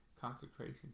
consecration